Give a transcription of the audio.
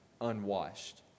unwashed